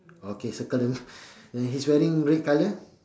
okay circle them and he's wearing red colour